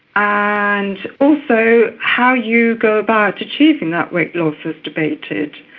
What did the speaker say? ah and also how you go about achieving that weight loss is debated.